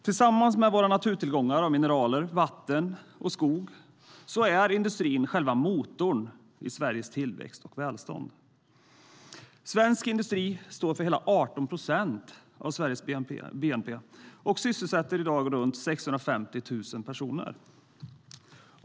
Tillsammans med våra naturtillgångar av mineraler, vatten och skog är industrin själva motorn i Sveriges tillväxt och välstånd. Svensk industri står för hela 18 procent av Sveriges bnp och sysselsätter i dag runt 650 000 personer.